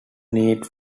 need